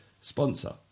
sponsor